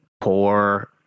poor